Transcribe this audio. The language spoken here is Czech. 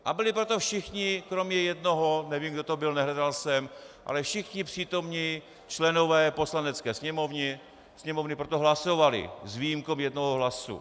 A byli pro to všichni kromě jednoho, nevím, kdo to byl, nevím, nehledal jsem, ale všichni přítomní členové Poslanecké sněmovny pro to hlasovali s výjimkou jednoho hlasu.